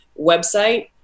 website